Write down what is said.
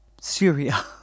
Syria